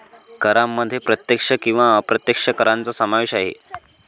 करांमध्ये प्रत्यक्ष किंवा अप्रत्यक्ष करांचा समावेश आहे